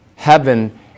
Heaven